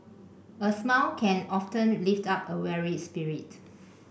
a smile can often lift up a weary spirit